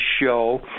show